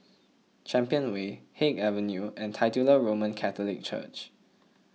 Champion Way Haig Avenue and Titular Roman Catholic Church